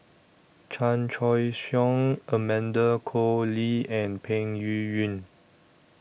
Chan Choy Siong Amanda Koe Lee and Peng Yuyun